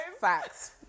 Facts